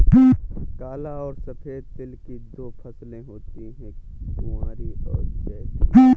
काला और सफेद तिल की दो फसलें होती है कुवारी और चैती